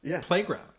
playground